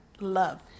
love